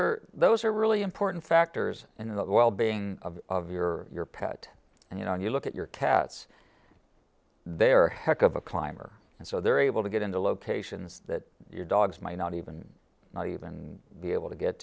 are those are really important factors in the well being of your your pet and you know when you look at your tats they are heck of a climber and so they're able to get into locations that your dogs might not even not even be able to get